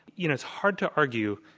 you know it's hard to argue,